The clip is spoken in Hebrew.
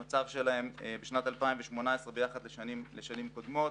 המצב שלהם בשנת 2018 ביחס לשנים קודמות,